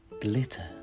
glitter